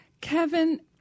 Kevin